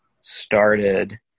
started